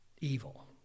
Evil